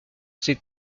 ses